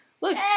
look